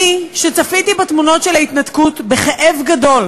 אני, שצפיתי בתמונות של ההתנתקות בכאב גדול